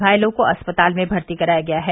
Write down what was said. घायलों को अस्पताल में भर्ती कराया गया है